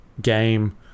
game